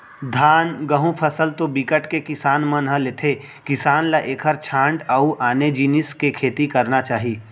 धान, गहूँ फसल तो बिकट के किसान मन ह लेथे किसान ल एखर छांड़ अउ आने जिनिस के खेती करना चाही